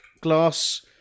glass